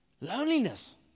loneliness